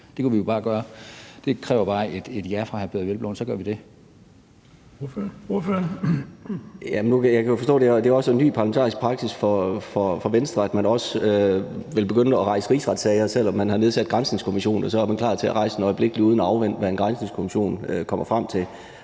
Ordføreren. Kl. 13:34 Peder Hvelplund (EL): Nu kan jeg forstå, at det er en ny parlamentarisk praksis for Venstre, at man også vil begynde at rejse rigsretssager. Selv om man har nedsat en granskningskommission, er man klar til at rejse en rigsretssag øjeblikkeligt uden at afvente, hvad en granskningskommission kommer frem til.